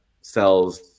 sells